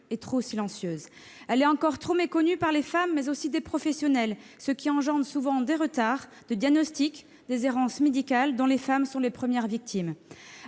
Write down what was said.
et trop silencieuse. Elle est encore trop méconnue des femmes, mais aussi des professionnels, ce qui engendre souvent des retards de diagnostic, des errances médicales, dont les femmes sont les premières victimes.